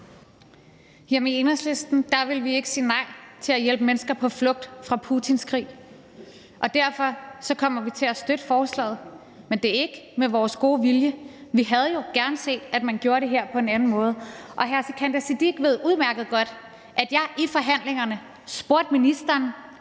I Enhedslisten vil vi ikke sige nej til at hjælpe mennesker på flugt fra Putins krig, og derfor kommer vi til at støtte forslaget, men det er ikke med vores gode vilje. Vi havde jo gerne set, at man gjorde det her på en anden måde. Og hr. Sikandar Siddique ved udmærket godt, at jeg i forhandlingerne spurgte ministeren: